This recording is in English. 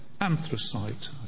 anthracite